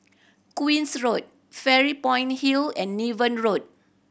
Queen's Road Fairy Point Hill and Niven Road